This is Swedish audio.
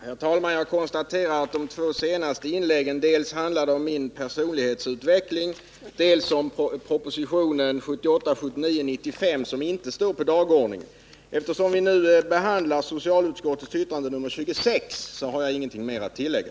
Herr talman! Jag konstaterar att de två senaste inläggen handlade dels om min personlighetsutveckling, dels om propositionen 1978/79:95 som inte står på dagordningen. Eftersom vi nu behandlar socialutskottets betänkande nr 26 har jag ingenting mer att tillägga.